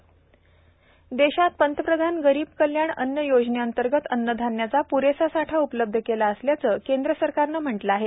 अन्नधान्य देशात प्रधानमंत्री गरीब कल्याण अन्न योजनेअंतर्गत अन्न धान्याचा प्रेसा साठा उपलब्ध केला असल्याचं केंद्र सरकारनं म्हटल आहे